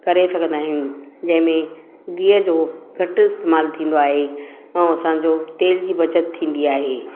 करे सघंदा आहियूं जंहिंमें गीह जो घटि इस्तेमालु थींदो आहे ऐं असांजो तेल जी बचत थींदी आहे